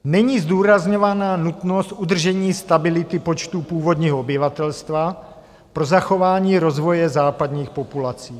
Není zdůrazňována nutnost udržení stability počtu původního obyvatelstva pro zachování rozvoje západních populací.